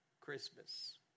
Christmas